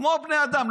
כמו בני אדם,